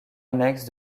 annexe